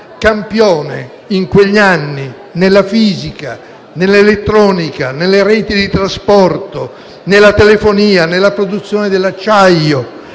campione in quegli anni nella fisica, nell'elettronica, nelle reti di trasporto, nella telefonia, nella produzione dell'acciaio,